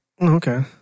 Okay